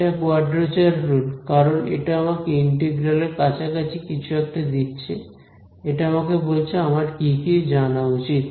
এটা quadrature rule কারণ এটা আমাকে ইন্টিগ্রাল এর কাছাকাছি কিছু একটা দিচ্ছে এটা আমাকে বলছে আমার কি কি জানা উচিত